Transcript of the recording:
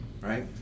right